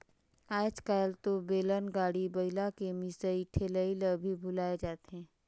आयज कायल तो बेलन, गाड़ी, बइला के मिसई ठेलई ल भी भूलाये जाथे